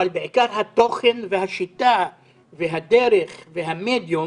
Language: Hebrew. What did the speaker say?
אבל בעיקר התוכן והשיטה והדרך והמדיום